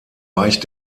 weicht